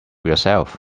yourself